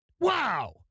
Wow